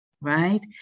right